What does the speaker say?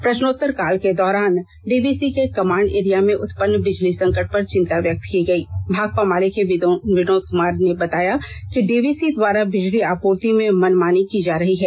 प्रश्नोत्तरकाल के दौरान डीवीसी के कमांड एरिया में उत्पन्न बिजली संकट पर चिंता व्यक्त की गयी भाकपा माले के विनोद कुमार सिंह ने कहा कि डीवीसी द्वारा बिजली आपूर्ति में मनमानी की जा रही है